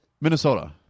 Minnesota